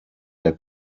der